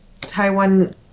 Taiwan